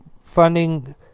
funding